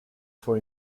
for